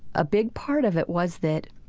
a big part of it was that